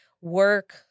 work